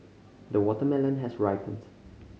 the watermelon has ripened